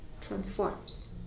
transforms